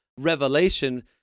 revelation